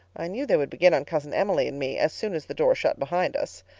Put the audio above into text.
i knew they would begin on cousin emily and me as soon as the door shut behind us.